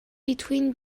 between